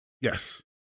Yes